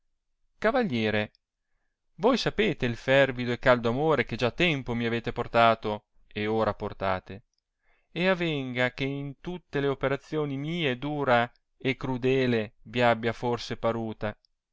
cavalliere voi sapete il fervido e caldo amore che già tempo mi avete portato e ora portate e avenga che in tutte le operazioni mie dura e crudele vi abbia forse paruta